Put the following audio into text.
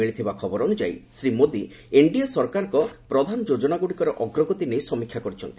ମିଳିଥିବା ଖବର ଅନୁଯାଇ ଶ୍ରୀ ମୋଦି ଏନଡିଏ ସରକାରଙ୍କର ପ୍ରଧାନ ଯୋଜନାଗୁଡିକର ଅଗ୍ରଗତି ନେଇ ସମୀକ୍ଷା କରିଛନ୍ତି